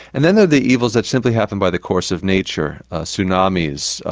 and then there are the evils that simply happen by the course of nature tsunamis,